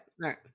right